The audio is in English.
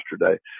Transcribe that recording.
yesterday